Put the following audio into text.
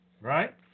right